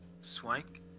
Swank